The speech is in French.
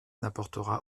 n’apportera